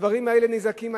הדברים האלה נזעקים.